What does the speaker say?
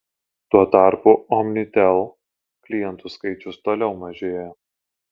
tuo tarpu omnitel klientų skaičius toliau mažėja